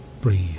breathe